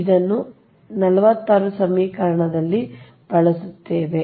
ಈಗ ನಾವು ಈ 46 ಸಮೀಕರಣವನ್ನು ಬಳಸುತ್ತೇವೆ